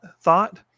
thought